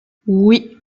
oui